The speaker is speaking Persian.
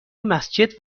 مسجد